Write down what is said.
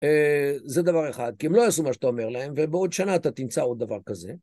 זה דבר אחד, כי הם לא יעשו מה שאתה אומר להם, ובעוד שנה אתה תמצא עוד דבר כזה.